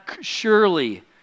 surely